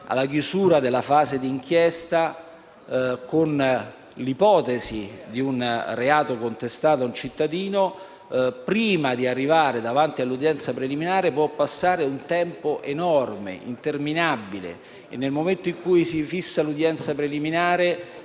alla chiusura della fase d'inchiesta, con una ipotesi di reato contestata al cittadino, prima di arrivare davanti all'udienza preliminare può passare un tempo enorme, interminabile. Nel momento in cui si fissa l'udienza preliminare,